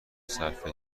صرفه